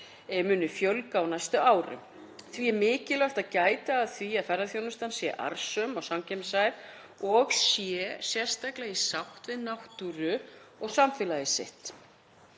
muni fjölga á næstu árum. Því er mikilvægt að gæta að því að ferðaþjónustan sé arðsöm og samkeppnishæf og sé sérstaklega í sátt við náttúruna og samfélagið sitt.